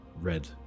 red